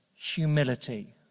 Humility